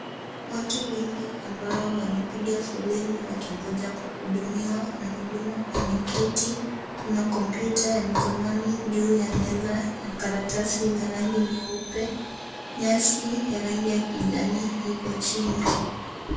Watu wengi ambao wamepiga foleni wakingoja kuhudumiwa , mhudumu ameketi, kuna kompyuta juu ya mikonani juu ya meza na karatasi za rangi nyeupe. Nyasi ya rangi ya kijani ipo chini.